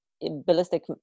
ballistic